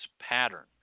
pattern